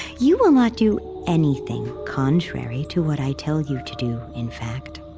you will not do anything contrary to what i tell you to do, in fact.